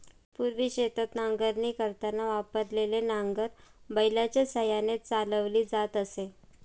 पूर्वी शेतात नांगरणी करताना वापरलेले नांगर बैलाच्या साहाय्याने चालवली जात असे